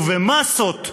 ובמאסות,